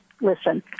listen